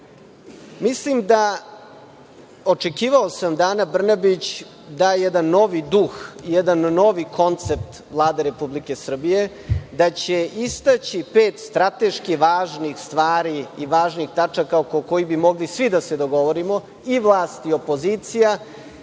agenciju. Očekivao sam da Ana Brnabić da jedan novi duh, jedan novi koncept Vlade Republike Srbije, da će istaći pet strateški važnih stvari i važnih tačaka oko kojih bi mogli svi da se dogovorimo, i vlast i opozicija